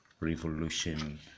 Revolution